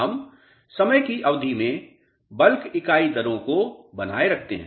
हम समय की अवधि में बल्क ईकाई दरों को बनाए रखते हैं